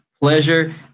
pleasure